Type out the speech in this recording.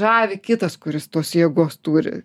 žavi kitas kuris tos jėgos turi